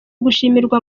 gushimirwa